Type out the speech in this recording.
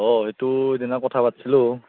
অঁ সেইটো সেইদিনা কথা পাতিছিলোঁ